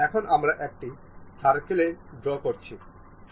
এই মোটর জন্য আমরা এই মোটর বিকল্প আছে